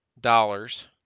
dollars